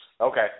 Okay